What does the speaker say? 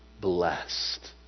blessed